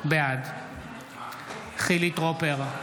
בעד חילי טרופר,